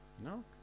No